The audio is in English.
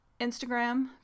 Instagram